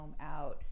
out